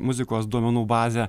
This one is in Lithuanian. muzikos duomenų bazė